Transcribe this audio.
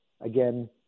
again